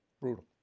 Brutal